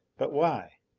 but why?